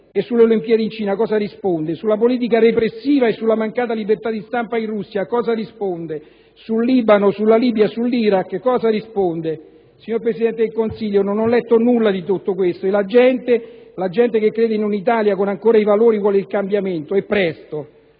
e sulle Olimpiadi in Cina che cosa risponde? Sulla politica repressiva e sulla mancata libertà di stampa in Russia che cosa risponde? Sul Libano, sulla Libia e sull'Iraq che cosa risponde? Signor Presidente del Consiglio, non ho letto nulla di tutto questo e la gente, la gente che crede in una Italia con ancora i valori vuole il cambiamento e presto.